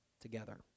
together